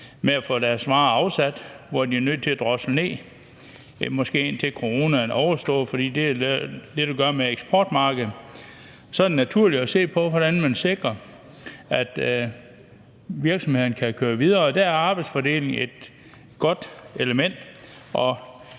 dem at få deres varer afsat, og hvor de er nødt til at drosle ned, måske indtil coronaen er overstået, fordi det har lidt at gøre med eksportmarkedet, og så er det naturligt at se på, hvordan man sikrer, at virksomhederne kan køre videre. Der er arbejdsfordeling et godt element,